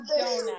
donut